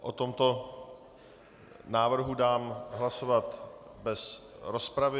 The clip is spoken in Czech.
O tomto návrhu dám hlasovat bez rozpravy.